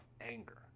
anger